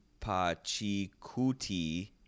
Pachikuti